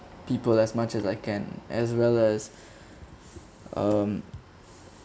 people as much as I can as well as um